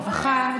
רווחה,